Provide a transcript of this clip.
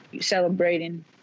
celebrating